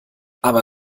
aber